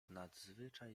nadzwyczaj